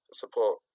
support